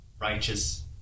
righteous